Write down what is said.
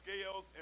scales